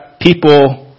people